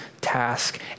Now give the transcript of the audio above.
task